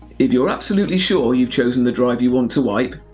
if you're absolutely sure you've chosen the drive you want to wipe,